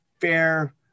fair